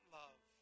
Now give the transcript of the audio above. love